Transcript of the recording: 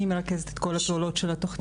אני מרכזת את כל הפעולות של התוכנית,